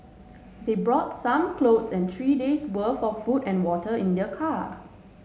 they brought some clothes and three days' worth of food and water in their car